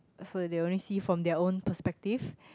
so they'll only see from their own perspective